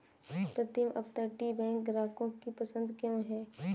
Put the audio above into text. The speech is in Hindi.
प्रीतम अपतटीय बैंक ग्राहकों की पसंद क्यों है?